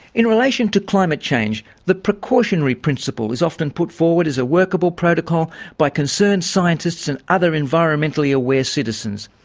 in relation to climate change, change, the precautionary principle is often put forward as a workable protocol by concerned scientists and other environmentally aware citizens.